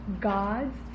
God's